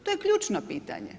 To je ključno pitanje.